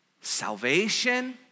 salvation